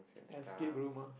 escape room ah